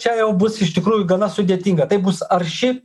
čia jau bus iš tikrųjų gana sudėtinga tai bus arši